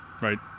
right